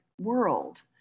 world